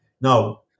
No